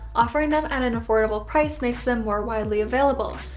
offering them at an affordable price makes them more widely available.